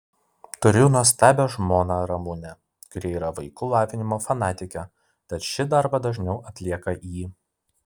turiu nuostabią žmoną ramunę kuri yra vaikų lavinimo fanatikė tad šį darbą dažniau atlieka ji